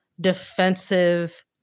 defensive